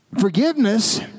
forgiveness